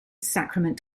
sacrament